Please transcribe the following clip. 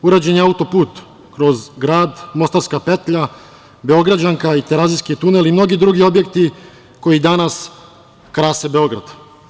Urađen je autoput kroz grad, Mostarska petlja, Beograđanka i Terazijski tunel i mnogi drugi objekti koji danas krase Beograd.